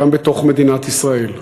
גם בתוך מדינת ישראל.